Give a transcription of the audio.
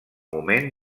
moment